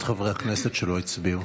אנא קראי בשמות חברי הכנסת שלא הצביעו.